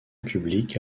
publique